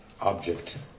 object